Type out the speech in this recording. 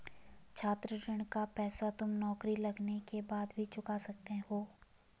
छात्र ऋण का पैसा तुम नौकरी लगने के बाद भी चुका सकते हो